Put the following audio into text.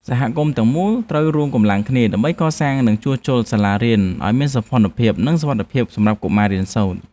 សហគមន៍ទាំងមូលត្រូវរួមកម្លាំងគ្នា ដើម្បីកសាងនិងជួសជុលសាលារៀនឱ្យមានសោភ័ណភាពនិងសុវត្ថិភាពសម្រាប់កុមាររៀនសូត្រ។